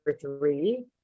three